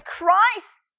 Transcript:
Christ